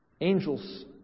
Angels